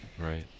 Right